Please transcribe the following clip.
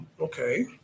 Okay